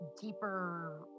deeper